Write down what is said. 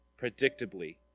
predictably